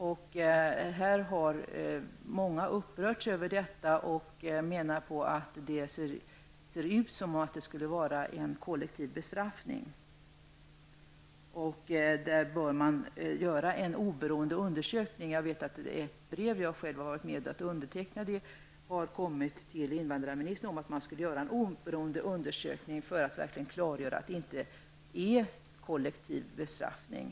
Många har upprörts över utvisningen och menar att den förefaller som en kollektiv bestraffning. Därför bör man göra en oberoende undersökning. Det har kommit ett brev till invandrarministern, som jag själv har varit med om att underteckna, om att det skall göras en oberoende undersökning för att verkligen klargöra att det inte är fråga om kollektiv bestraffning.